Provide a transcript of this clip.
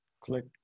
click